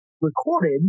recorded